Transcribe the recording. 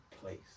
place